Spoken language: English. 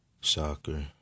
soccer